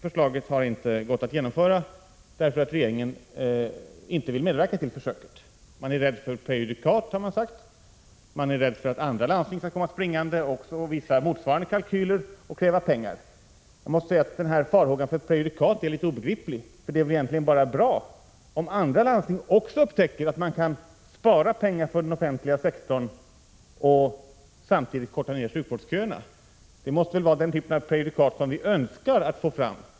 Förslaget har inte gått att genomföra, därför att regeringen inte vill medverka till försöket. Man är rädd för prejudikat, har man sagt. Man är rädd för att andra landsting också skall komma springande och visa motsvarande kalkyler och kräva pengar. Jag måste säga att denna farhåga för prejudikat är litet svårbegriplig, för det är väl bara bra om andra landsting också upptäcker att man kan spara pengar för den offentliga sektorn och samtidigt minska sjukvårdsköerna. Detta måste väl vara den typ av prejudikat som vi önskar få fram?